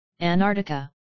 Antarctica